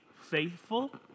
faithful